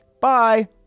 Bye